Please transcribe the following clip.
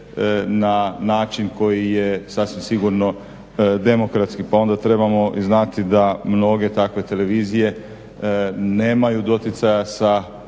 na način koji je demokratski. Pa onda trebamo znati da mnoge takve televizije nemaju doticaja sa